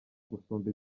gusumba